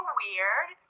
weird